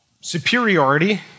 superiority